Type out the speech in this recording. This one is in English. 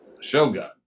Shogun